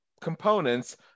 components